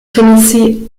tennessee